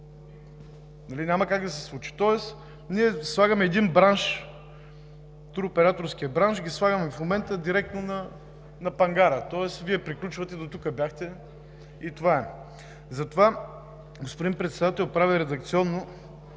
Няма как да се случи. Тоест ние слагаме един бранш – туроператорският бранш, в момента директно на пангара, тоест Вие приключвате, дотук бяхте, и това е. Затова, господин Председател, правя редакционна